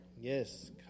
Yes